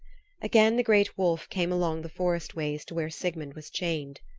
again the great wolf came along the forest-ways to where sigmund was chained.